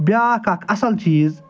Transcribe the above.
بیٛاکھ اکھ اصٕل چیٖز